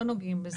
לא נוגעים בזה.